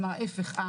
כלומר, ההיפך.